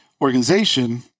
organization